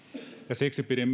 ja siksi pidin